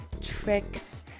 tricks